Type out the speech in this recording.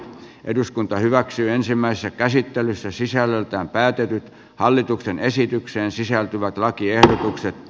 eduskunta hyväksyi ensimmäisessä käsittelyssä sisällöltään päätynyt hallituksen esitykseen sisältyvät lakiehdotukset